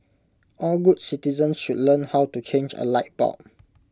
all good citizens should learn how to change A light bulb